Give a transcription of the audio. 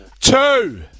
Two